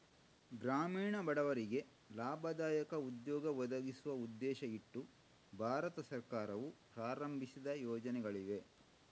ಗ್ರಾಮೀಣ ಬಡವರಿಗೆ ಲಾಭದಾಯಕ ಉದ್ಯೋಗ ಒದಗಿಸುವ ಉದ್ದೇಶ ಇಟ್ಟು ಭಾರತ ಸರ್ಕಾರವು ಪ್ರಾರಂಭಿಸಿದ ಯೋಜನೆಗಳಿವೆ